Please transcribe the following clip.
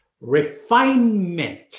refinement